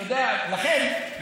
לכן,